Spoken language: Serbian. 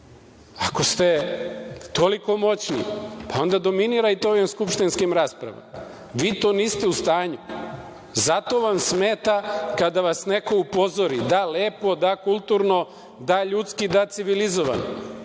Ako ste toliko moćni, onda dominirajte ovim skupštinskim raspravama. Vi to niste ustanju. Zato vam smeta kada vas neko upozori da lepo, da kulturno, da ljudski, da civilizovano. Ja